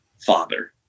father